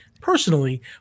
personally